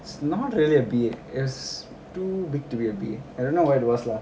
it's not really a bee it's too weak to be a bee I don't know what it was lah